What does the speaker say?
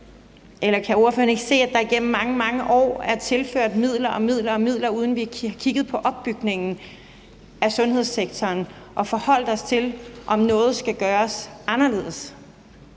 Kan ordføreren ikke se, at der igennem mange, mange år er tilført midler og midler, uden at vi har kigget på opbygningen af sundhedssektoren og forholdt os til, om noget skulle gøre anderledes?